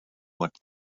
what